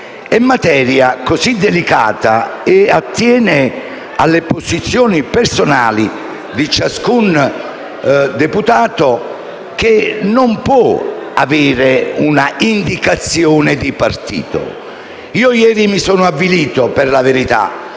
è materia così delicata e attiene alle posizioni personali di ciascun senatore che non può avere un'indicazione di partito. Ieri mi sono avvilito, per la verità,